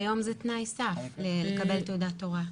לגמרי, לחלוטין.